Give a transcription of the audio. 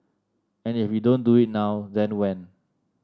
and if we don't do it now then when